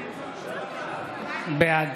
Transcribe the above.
בעד